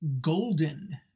Golden